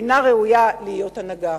אינה ראויה להיות הנהגה.